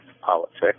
politics